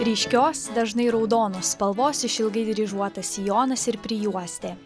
ryškios dažnai raudonos spalvos išilgai dryžuotas sijonas ir prijuostė